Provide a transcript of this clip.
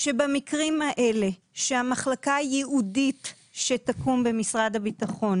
שבמקרים האלה שהמחלקה הייעודית שתקום במשרד הביטחון